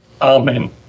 Amen